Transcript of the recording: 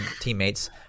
teammates